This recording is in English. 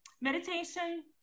meditation